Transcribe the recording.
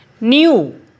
new